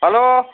hello